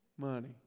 Money